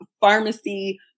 pharmacy